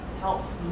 helps